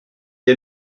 est